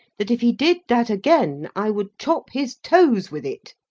that if he did that again, i would chop his toes with it.